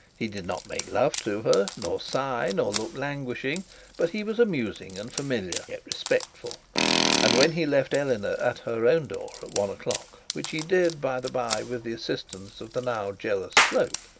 he did not make love to her, nor sigh, nor look languishing but he was amusing and familiar, yet respectful and when he left eleanor at her own door at one o'clock, which he did by the bye with the assistance of the now jealous slope,